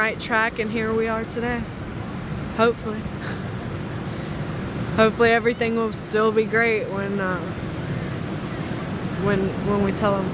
right track and here we are today hopefully hopefully everything will still be great when the when are we telling the